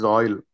oil